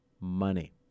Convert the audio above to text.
money